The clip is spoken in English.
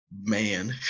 man